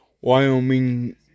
Wyoming